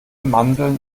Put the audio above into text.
mandeln